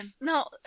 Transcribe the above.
No